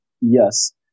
yes